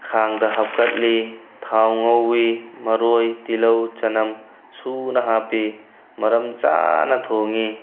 ꯈꯥꯡꯗ ꯍꯥꯞꯀꯠꯂꯤ ꯊꯥꯎ ꯉꯧꯋꯤ ꯃꯔꯣꯏ ꯇꯤꯜꯂꯧ ꯆꯅꯝ ꯁꯨꯅ ꯍꯥꯞꯄꯤ ꯃꯔꯝ ꯆꯥꯅ ꯊꯣꯡꯉꯤ